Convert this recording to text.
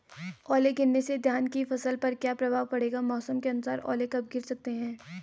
ओले गिरना से धान की फसल पर क्या प्रभाव पड़ेगा मौसम के अनुसार ओले कब गिर सकते हैं?